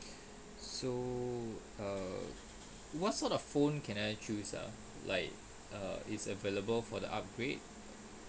so err what sort of phone can I choose ah like err is available for the upgrade